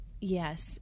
Yes